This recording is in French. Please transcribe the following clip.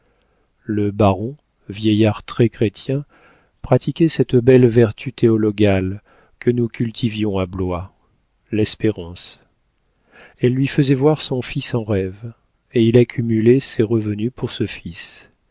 baron vieillard très chrétien pratiquait cette belle vertu théologale que nous cultivions à blois l'espérance elle lui faisait voir son fils en rêve et il accumulait ses revenus pour ce fils